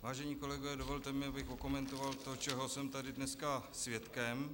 Vážení kolegové, dovolte mi, abych okomentoval to, čeho jsem tady dneska svědkem.